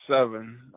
seven